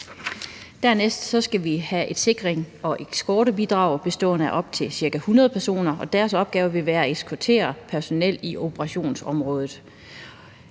Dernæst skal vi have et sikrings- og eskortebidrag bestående af op til ca. 100 personer, og deres opgave vil være at eskortere personel i operationsområdet.